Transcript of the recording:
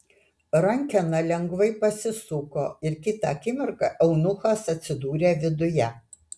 rankena lengvai pasisuko ir kitą akimirką eunuchas atsidūrė viduje